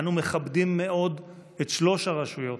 אנו מכבדים מאוד את שלוש הרשויות,